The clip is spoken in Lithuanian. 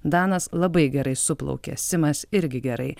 danas labai gerai suplaukė simas irgi gerai